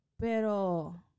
Pero